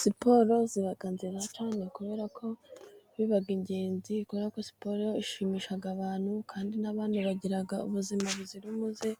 Siporo iba nziza cyane kubera ko biba ingenzi kubera ko siporo ishimisha abantu, kandi n'abantu bagira ubuzima buzira umuze,